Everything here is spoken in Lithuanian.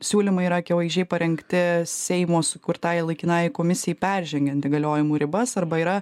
siūlymai yra akivaizdžiai parengti seimo sukurtai laikinajai komisijai peržengiant įgaliojimų ribas arba yra